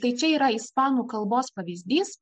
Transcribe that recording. štai čia yra ispanų kalbos pavyzdys